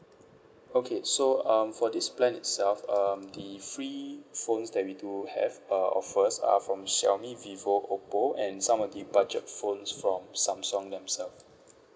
okay so um for this plan itself um the free phones that we do have uh offers are from xiaomi vivo oppo and some of the budget phones from samsung themself